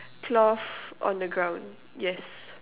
cloth on the ground yes